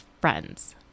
friends